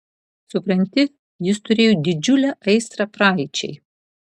supranti jis turėjo didžiulę aistrą praeičiai